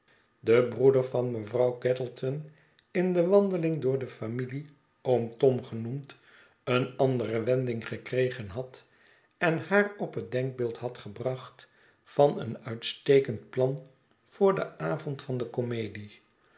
den broeder van mevrouw gattleton in de wand eling door de familie oom tom genoemd een andere wending gekregen had en haar op het denkbeeld had gebracht van een uitstekend plan voor den avond van de comedie